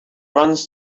runs